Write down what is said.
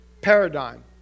paradigm